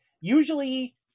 Usually